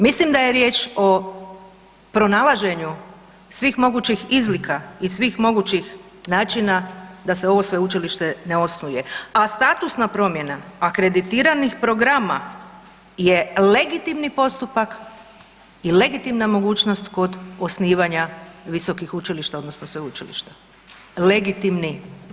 Mislim da je riječ o pronalaženju svih mogućih izlika i svih mogućih načina da se ovo sveučilište ne osnuje, a statusna promjena akreditiranih programa je legitimni postupak i legitimna mogućnost kod osnivanja visokih učilišta odnosno sveučilišta, legitimni.